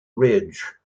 ridge